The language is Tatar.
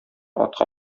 атка